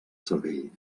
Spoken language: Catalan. cervell